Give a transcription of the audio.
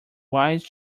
wise